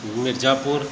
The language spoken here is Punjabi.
ਮਿਰਜ਼ਾਪੁਰ